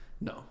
No